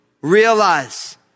Realize